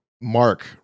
mark